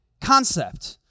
concept